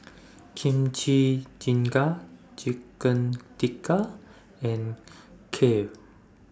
Kimchi Jjigae Chicken Tikka and Kheer